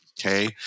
okay